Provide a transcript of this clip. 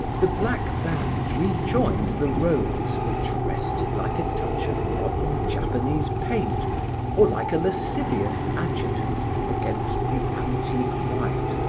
the black band rejoined the rose which rested like a touch of modern japanese paint or like a lascivious adjutant against the antique white,